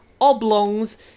oblongs